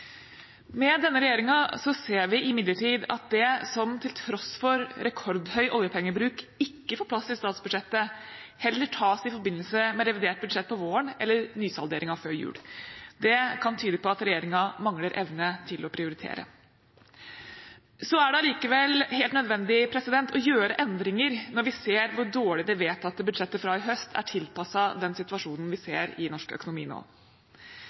Med denne regjeringen ser vi imidlertid at det som til tross for rekordhøy oljepengebruk ikke får plass i statsbudsjettet, heller tas i forbindelse med revidert budsjett om våren eller i forbindelse med nysalderingen før jul. Det kan tyde på at regjeringen mangler evne til å prioritere. Det er allikevel helt nødvendig å gjøre endringer når vi ser hvor dårlig det vedtatte budsjettet fra i fjor høst er tilpasset den situasjonen vi ser i norsk økonomi nå.